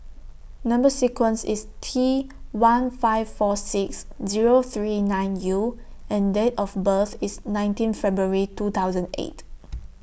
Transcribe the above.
Number sequence IS T one five four six Zero three nine U and Date of birth IS nineteen February two thousand eight